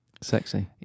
sexy